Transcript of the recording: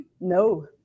No